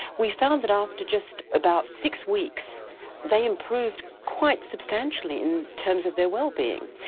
we found that after just about six weeks they improved quite substantially in terms of their wellbeing.